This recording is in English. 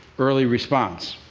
early response.